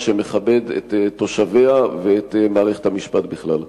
שמכבד את תושביה ואת מערכת המשפט בכלל.